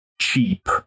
cheap